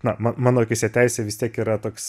na ma mano akyse teisė vis tiek yra toks